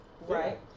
right